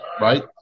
right